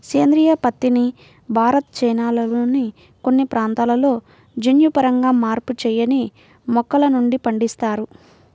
సేంద్రీయ పత్తిని భారత్, చైనాల్లోని కొన్ని ప్రాంతాలలో జన్యుపరంగా మార్పు చేయని మొక్కల నుండి పండిస్తారు